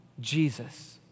Jesus